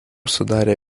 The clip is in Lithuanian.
sudarė